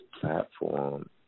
platform